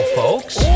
folks